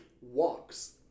walks